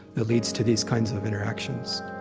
that leads to these kinds of interactions